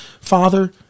Father